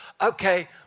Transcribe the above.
Okay